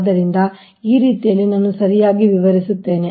ಆದ್ದರಿಂದ ಆ ರೀತಿಯಲ್ಲಿ ನಾನು ಸರಿಯಾಗಿ ವಿವರಿಸುತ್ತೇನೆ